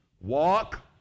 Walk